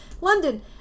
London